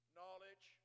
knowledge